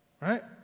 Right